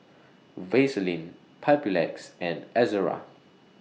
Vaselin Papulex and Ezerra